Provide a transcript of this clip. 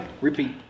repeat